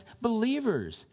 believers